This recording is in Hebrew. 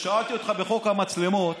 כששאלתי אותך בחוק המצלמות